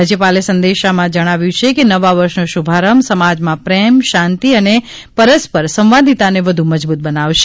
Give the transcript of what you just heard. રાજ્યપાલે સંદેશમાં જણાવ્યું છે કે નવા વર્ષનો શુભારંભ સમાજમાં પ્રેમ શાંતિ અને પરસ્પર સંવાદિતાને વધુ મજબૂત બનાવશે